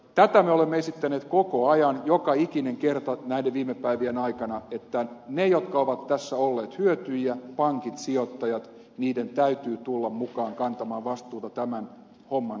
tätä me olemme esittäneet koko ajan joka ikinen kerta näiden viime päivien aikana että niiden jotka ovat tässä olleet hyötyjiä pankit sijoittajat täytyy tulla mukaan kantamaan vastuuta tämän homman siivoamisesta